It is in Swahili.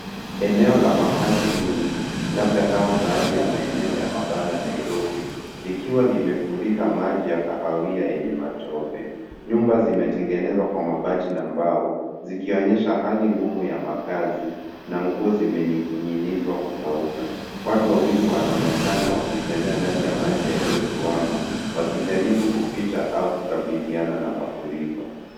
Hii ni eneo la makazi duni, labda kama sehemu za mabanda jijini Nairobi, zikiwa zimejazwa na maji machafu na matope. Nyumba zimetengenezwa kwa mabati, hali ambayo inakazia hali ngumu ya makazi, na baadhi ya sehemu zimeharibika. Watu wanaonekana wakitembea kando ya njia za maji machafu, wakijaribu kupita au kushughulikia changamoto zinazotokea kwenye eneo hilo.